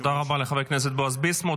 תודה רבה לחבר הכנסת בועז ביסמוט.